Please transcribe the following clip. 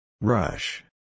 Rush